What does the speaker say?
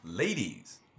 Ladies